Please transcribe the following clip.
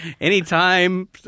Anytime